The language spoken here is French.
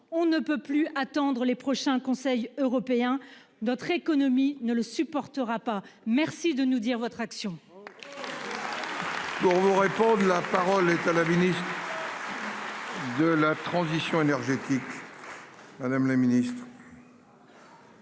on ne peut plus attendre les prochains conseils européens. Notre économie ne le supportera pas. Merci de nous dire votre action.